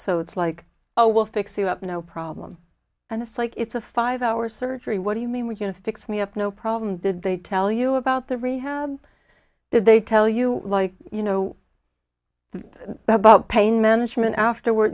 so it's like oh we'll fix you up no problem and it's like it's a five hour surgery what do you mean we're going to fix me up no problem did they tell you about the rehab did they tell you like you know about pain management afterward